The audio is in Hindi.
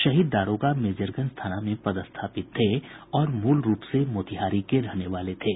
शहीद दारोगा मेजरगंज थाना में पदस्थापित थे और मूल रूप से मोतिहारी के रहने वाले थे